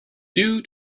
due